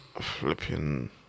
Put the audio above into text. Flipping